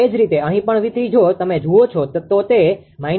એ જ રીતે અહીં પણ 𝑉3 જો તમે જુઓ તો તે −0